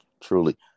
truly